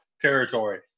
territory